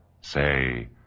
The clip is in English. Say